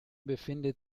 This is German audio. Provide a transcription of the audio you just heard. befindet